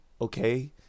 okay